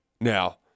Now